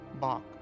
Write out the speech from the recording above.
bark